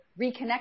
reconnect